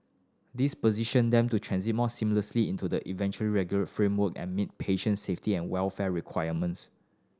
this position them to transit more seamlessly into the eventual regulate framework and meet patient safety and welfare requirements